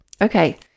Okay